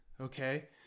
okay